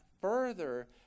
further